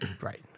right